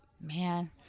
man